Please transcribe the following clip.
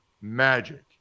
Magic